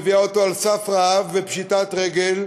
מביאה אותו על סף רעב ופשיטת רגל.